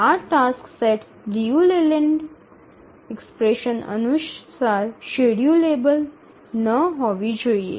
આ tasks set Liu Layland expression અનુસાર schedulable ન હોવી જોઈએ